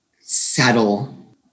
settle